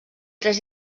tres